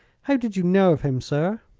how did you know of him, sir?